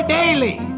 daily